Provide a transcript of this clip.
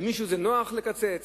למישהו זה נוח לקצץ?